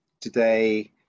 today